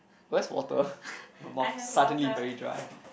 where's water my mouth suddenly very dry